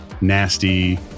nasty